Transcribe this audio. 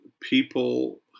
people